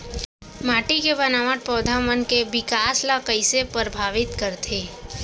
माटी के बनावट पौधा मन के बिकास ला कईसे परभावित करथे